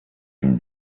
une